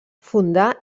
fundà